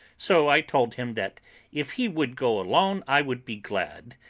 so i told him that if he would go alone i would be glad,